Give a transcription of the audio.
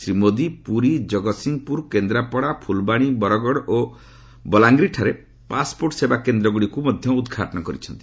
ଶ୍ରୀ ମୋଦି ପୁରୀ ଜଗତ୍ସିଂହପୁର କେନ୍ଦ୍ରାପଡ଼ା ଫୁଲବାଣୀ ବରଗଡ଼ ଓ ବଲାଙ୍ଗୀରଠାରେ ପାସ୍ପୋର୍ଟ ସେବା କେନ୍ଦ୍ରଗୁଡ଼ିକୁ ମଧ୍ୟ ଉଦ୍ଘାଟନ କରିଛନ୍ତି